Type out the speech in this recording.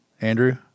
Andrew